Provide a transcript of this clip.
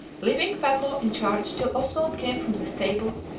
leaving pablo in charge till oswald came from the stables,